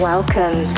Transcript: Welcome